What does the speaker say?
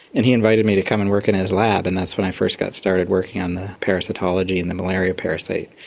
and he invited me to come and work in his lab, and that's when i first got started working on the parasitology and the malaria parasite.